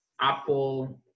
Apple